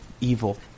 evil